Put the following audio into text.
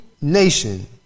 nation